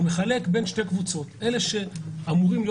הוא מחלק בין שתי קבוצות: אלה שאמורים להיות